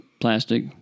plastic